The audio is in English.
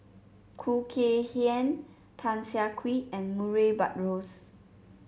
Khoo Kay Hian Tan Siah Kwee and Murray Buttrose